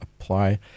apply